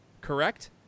Correct